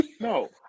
No